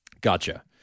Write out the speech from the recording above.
Gotcha